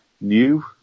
new